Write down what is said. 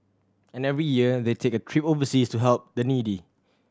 and every year they take a trip overseas to help the needy